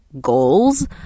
Goals